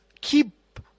keep